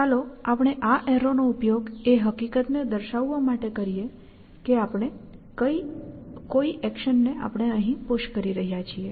ચાલો આપણે આ એર્રો નો ઉપયોગ એ હકીકતને દર્શાવવા માટે કરીએ કે આપણે કોઈ એક્શનને પુશ કરી રહ્યા છીએ